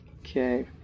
Okay